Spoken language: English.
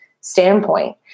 standpoint